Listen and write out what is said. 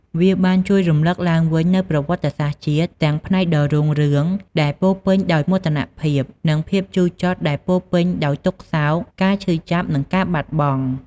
វាបានជួយរំឭកឡើងវិញនូវប្រវត្តិសាស្ត្រជាតិ ទាំងផ្នែកដ៏រុងរឿងដែលពោរពេញដោយមោទនភាព និងភាពជូរចត់ដែលពោរពេញដោយទុក្ខសោក ការឈឺចាប់ និងការបាត់បង់។